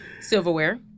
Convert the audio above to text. silverware